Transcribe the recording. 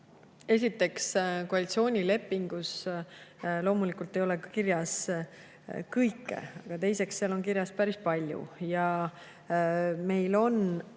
Esiteks, koalitsioonilepingus loomulikult ei ole kirjas kõike, ja teiseks, seal on kirjas päris palju. Meil on